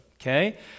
okay